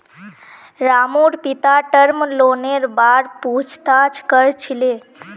रामूर पिता टर्म लोनेर बार पूछताछ कर छिले